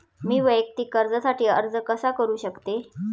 मी वैयक्तिक कर्जासाठी अर्ज कसा करु शकते?